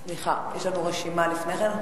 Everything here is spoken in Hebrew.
סליחה, יש לנו רשימה לפני כן.